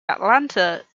atlanta